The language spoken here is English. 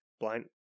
blind